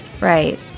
right